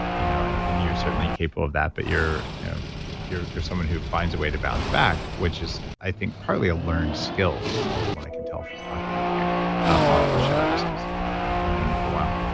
you know and and you're certainly capable of that but you're you know you're someone who finds a way to bounce back, which is i think partly a learned skill from what i can tell from talking with you. i'm off the show just because i've known you for a while.